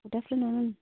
good afternoon